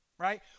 right